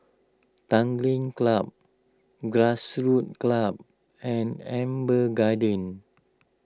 Tanglin Club Grassroots Club and Amber Gardens